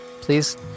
please